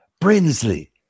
Brinsley